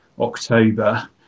October